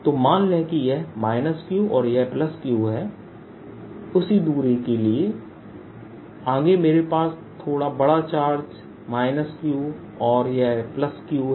तो मान लें कि यह q और यह q है उसी दूरी के लिए आगे मेरे पास थोड़ा बड़ा चार्ज Q और यह Q है